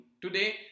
today